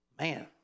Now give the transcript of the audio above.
Man